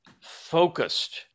focused